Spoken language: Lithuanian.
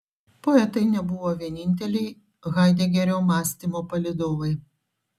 poetai nebuvo vieninteliai haidegerio mąstymo palydovai